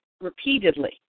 repeatedly